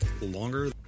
longer